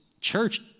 church